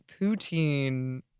poutine